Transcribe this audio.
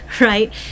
right